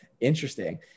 Interesting